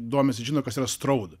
domisi žino kas yra stroud